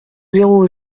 zéro